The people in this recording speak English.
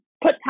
put